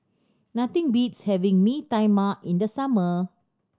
nothing beats having Mee Tai Mak in the summer